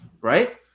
right